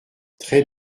très